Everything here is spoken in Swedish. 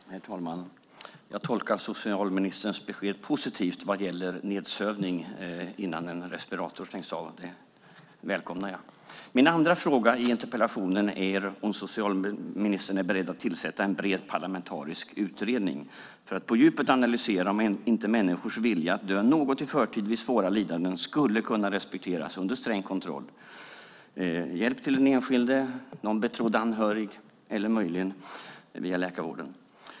Herr talman! Jag tolkar socialministerns besked positivt vad gäller nedsövning innan en respirator stängs av. Det välkomnar jag. Min andra fråga i interpellationen är om socialministern är beredd att tillsätta en bred parlamentarisk utredning för att på djupet analysera om inte människors vilja att dö något i förtid vid svåra lidanden skulle kunna respekteras under sträng kontroll - hjälp till den enskilde, någon betrodd anhörig eller möjligen via läkarvården.